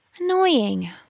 Annoying